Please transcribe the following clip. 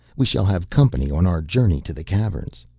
we shall have company on our journey to the caverns.